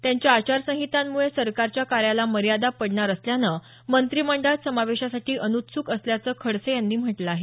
त्यांच्या आचारसंहितांमुळं सरकारच्या कार्याला मर्यादा पडणार असल्यानं मंत्रिमंडळात समावेशासाठी अनुत्सुक असल्याचं खडसे यांनी म्हटलं आहे